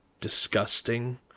disgusting